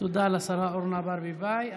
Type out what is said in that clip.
תודה לשרה אורנה ברביבאי.